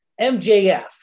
MJF